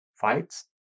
fights